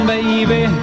Baby